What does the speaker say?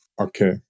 Okay